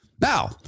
Now